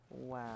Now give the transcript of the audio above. Wow